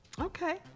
Okay